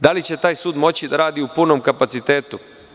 Da li će taj sud moći da radi u punom kapacitetu?